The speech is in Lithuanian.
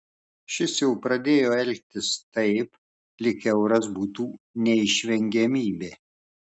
šis jau pradėjo elgtis taip lyg euras būtų neišvengiamybė